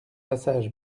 passage